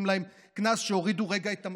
להם קנס כי הם הורידו לרגע את המסכה.